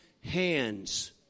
hands